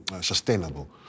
sustainable